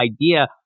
idea